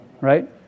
Right